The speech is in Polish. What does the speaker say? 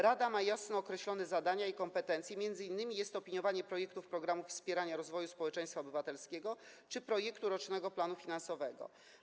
Rada ma jasno określone zadania i kompetencje, m.in. jest to opiniowanie projektów programów wspierania rozwoju społeczeństwa obywatelskiego czy projektu rocznego planu finansowego.